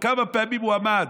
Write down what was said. וכמה פעמים הוא עמד,